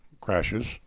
crashes